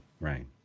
right